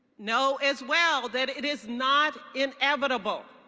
know as well that it is not inevitable.